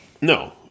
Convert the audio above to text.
No